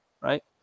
right